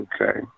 Okay